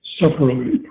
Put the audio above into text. separately